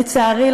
לצערי,